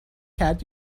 کرد